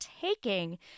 taking